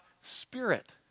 Spirit